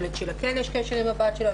שלצ'ילה כן יש קשר עם הבת שלה,